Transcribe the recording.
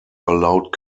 allowed